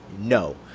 No